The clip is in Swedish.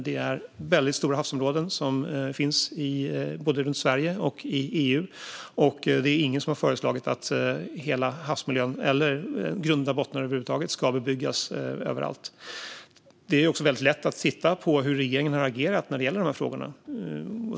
Det är väldigt stora havsområden som finns både runt Sverige och i EU, och det är ingen som har föreslagit att hela havsmiljön eller grunda bottnar över huvud taget ska bebyggas överallt. Det är också väldigt lätt att titta på hur regeringen har agerat när det gäller de här frågorna.